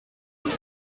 vlot